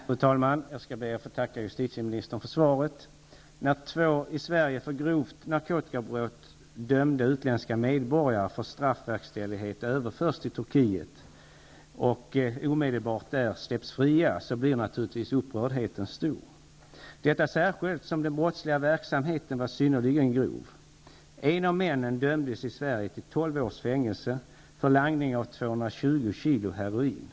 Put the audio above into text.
Fru talman! Jag ber att få tacka justitieministern för svaret. När två i Sverige för grovt narkotikabrott dömda utländska medborgare vars straffverkställighet överförs till Turkiet där omedelbart släpps fria, blir naturligtvis upprördheten stor, detta särskilt som den brottsliga verksamheten var synnerligen grov. En av männen dömdes i Sverige till tolv års fängelse för langning av 220 kilo heroin.